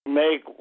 make